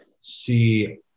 See